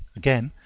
again,